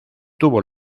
tuvo